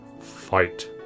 fight